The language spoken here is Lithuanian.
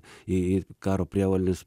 į karo prievolės